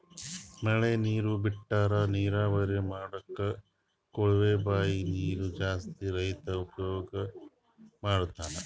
ಮಳಿ ನೀರ್ ಬಿಟ್ರಾ ನೀರಾವರಿ ಮಾಡ್ಲಕ್ಕ್ ಕೊಳವೆ ಬಾಂಯ್ ನೀರ್ ಜಾಸ್ತಿ ರೈತಾ ಉಪಯೋಗ್ ಮಾಡ್ತಾನಾ